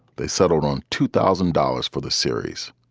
they settled on two thousand dollars for the series,